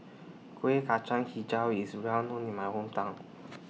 Kuih Kacang Hijau IS Well known in My Hometown